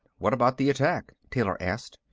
what about the attack? taylor asked.